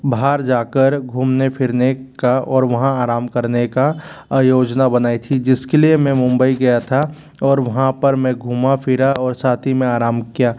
बाहर जा कर घूमने फिरने का और वहाँ आराम करने का योजना बनाई थी जिसके लिए मैं मुंबई गया था और वहाँ पर मैं घुमा फिरा और साथ ही में आराम किया